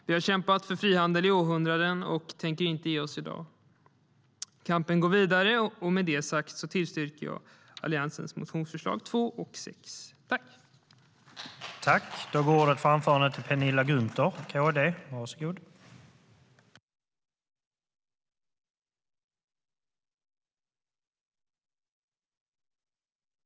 Vi har kämpat för frihandel i århundraden, och vi tänker inte ge oss i dag. Kampen går vidare.